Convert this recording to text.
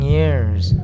Years